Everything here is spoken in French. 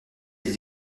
est